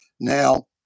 Now